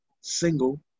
single